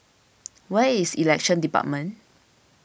where is Elections Department